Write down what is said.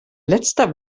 letzter